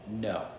no